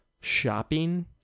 shopping